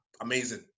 amazing